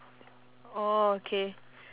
oh K